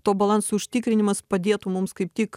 to balanso užtikrinimas padėtų mums kaip tik